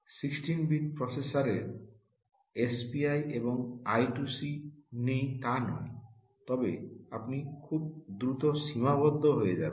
16 bit প্রসেসরের SPI এবং I 2 C নেই তা নয় তবে আপনি খুব দ্রুত সীমাবদ্ধ হয়ে যাবেন